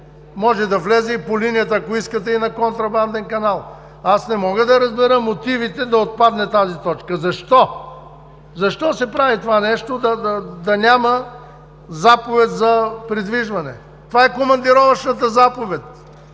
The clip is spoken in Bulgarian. Може да влезе и по линията, ако искате, и на контрабанден канал. Аз не мога да разбера мотивите да отпадне тази точка! Защо? Защо се прави това нещо да няма заповед за придвижване? Това е командировъчната заповед,